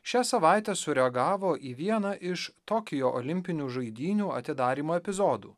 šią savaitę sureagavo į vieną iš tokijo olimpinių žaidynių atidarymo epizodų